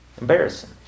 embarrassing